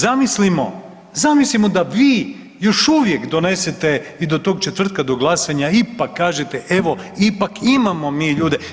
Zamislimo, zamislimo da vi još uvijek donesete i do tog četvrtka do glasanja ipak kažete evo ipak imamo mi ljude.